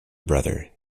brother